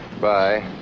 Bye